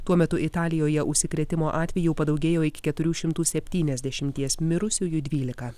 tuo metu italijoje užsikrėtimo atvejų padaugėjo iki keturių šimtų septyniasdešimties mirusiųjų dvylika